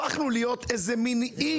הפכנו להיות איזה מן אי,